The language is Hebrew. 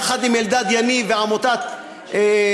יחד עם אלדד יניב ועמותת "הצלחה",